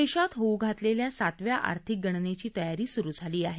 देशात होऊ घातलेल्या सातव्या आर्थिक गणनेची तयारी सुरु आहे